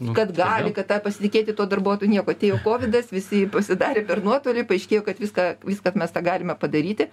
kad gali kad tą pasitikėti tuo darbuotoju nieko atėjo kovidas visi pasidarė per nuotolį paaiškėjo kad viską viską mes tą galime padaryti